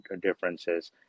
differences